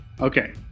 Okay